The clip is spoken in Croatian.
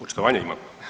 Očitovanje imam.